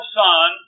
son